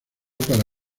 para